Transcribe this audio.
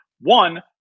one